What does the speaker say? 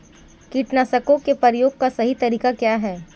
कीटनाशकों के प्रयोग का सही तरीका क्या है?